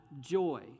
joy